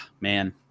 Man